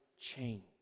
change